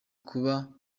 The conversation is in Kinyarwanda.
kuba